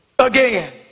again